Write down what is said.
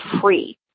free